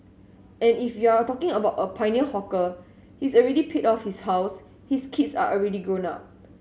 and if you're talking about a pioneer hawker he's already paid off his house his kids are already grown up